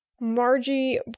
Margie